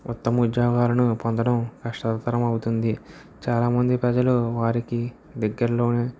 ఉత్తమ ఉద్యోగాలను పొందడం కష్టతరమవుతుంది చాలామంది ప్రజలు వారికి దగ్గరలోనే